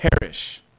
perish